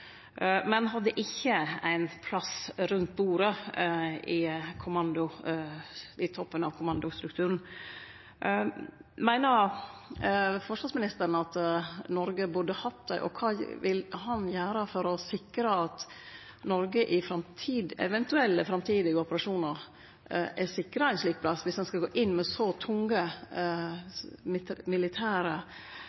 men hadde ikkje ein plass rundt bordet i toppen av kommandostrukturen. Meiner forsvarsministeren at Noreg burde hatt det, og kva vil han gjere for å sikre at Noreg i eventuelle framtidige operasjonar er sikra ein slik plass, dersom ein skal gå inn med så tunge